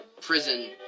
prison